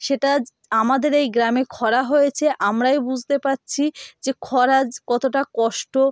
সেটা আমাদের এই গ্রামে খরা হয়েছে আমরাই বুঝতে পারছি যে খরা যে কতটা কষ্ট